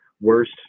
worst